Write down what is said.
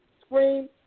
screen